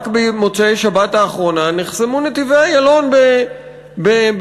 רק במוצאי השבת האחרונה נחסמו נתיבי-איילון בגוש-דן.